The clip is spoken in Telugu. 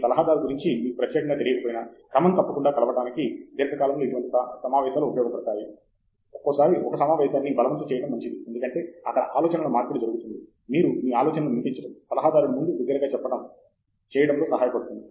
మీ సలహాదారు గురించి మీకు ప్రత్యేకంగా తెలియకపోయినా క్రమం తప్పకుండా కలవడానికి దీర్ఘకాలంలో ఇటువంటి సమావేశాలు సహాయపడుతాయి ఒక్కోసారి ఒక సమావేశాన్ని బలవంతం చేయడం మంచిది ఎందుకంటే అక్కడ ఆలోచనల మార్పిడి జరుగుతుంది మీరు మీ ఆలోచనను వినిపించడం సలహాదారుడి ముందు బిగ్గరగా చెప్పడం చేయడంలో సహాయపడుతుంది